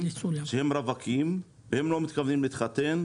שהם רווקים ולא מתכוונים להתחתן,